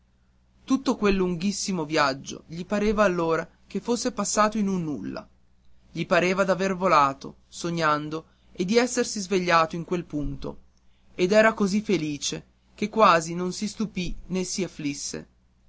tutto quel lunghissimo viaggio gli pareva allora che fosse passato in un nulla gli pareva d'aver volato sognando e di essersi svegliato in quel punto ed era così felice che quasi non si stupì né si afflisse